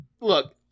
look